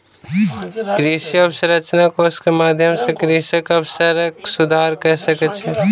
कृषि अवसंरचना कोष के माध्यम सॅ कृषक अवसंरचना सुधार कय सकै छै